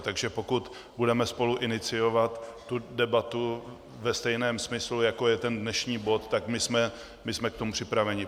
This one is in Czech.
Takže pokud budeme spoluiniciovat tu debatu ve stejném smyslu, jako je ten dnešní bod, tak my jsme k tomu připraveni.